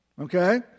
Okay